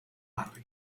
barri